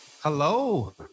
Hello